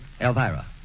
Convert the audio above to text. Elvira